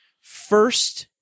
first